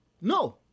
No